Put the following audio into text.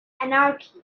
anarchy